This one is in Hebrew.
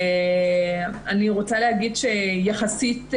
על אף כל החסמים.